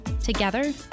Together